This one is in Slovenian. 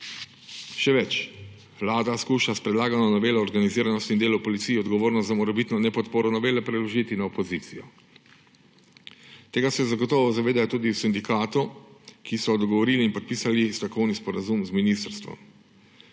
Še več, vlada skuša s predlagano novelo organiziranosti in delu policije odgovornost za morebitno nepodporo novele preložiti na opozicijo. Tega se zagotovo zavedajo tudi v sindikatu, ki so se dogovorili in podpisali stavkovni sporazum z ministrstvom.